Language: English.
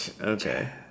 Okay